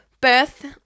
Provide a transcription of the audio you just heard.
birth